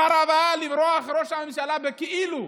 אחריו לברוח היה ראש הממשלה בכאילו,